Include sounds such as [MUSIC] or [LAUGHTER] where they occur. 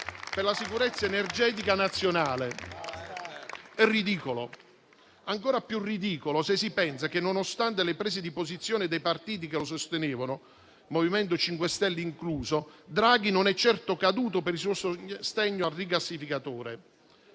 per la sicurezza energetica nazionale, è ridicolo. [APPLAUSE] È ancora più ridicolo se si pensa che, nonostante le prese di posizione dei partiti che lo sostenevano, MoVimento 5 Stelle incluso, Draghi non è certo caduto per il suo sostegno al rigassificatore.